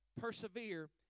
Persevere